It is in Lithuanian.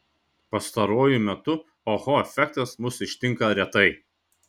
pastaruoju metu oho efektas mus ištinka retai